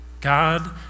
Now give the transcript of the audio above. God